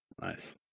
Nice